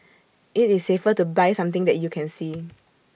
IT is safer to buy something that you can see